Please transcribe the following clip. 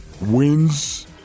wins